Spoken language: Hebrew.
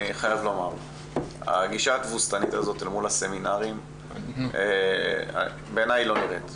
אני חייב לומר שהגישה התבוסתנית הזאת אל מול הסמינרים לא נראית לי.